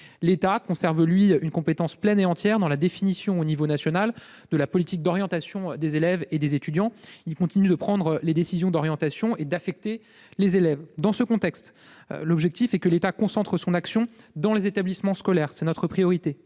L'État conserve, quant à lui, une compétence pleine et entière dans la définition, au niveau national, de la politique d'orientation des élèves et des étudiants. Il continue de prendre les décisions d'orientation et d'affecter les élèves. Dans ce contexte, notre objectif prioritaire est que l'État concentre son action dans les établissements scolaires pour renforcer